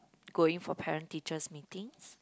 going for parent teachers Meetings